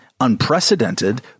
unprecedented